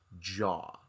jaw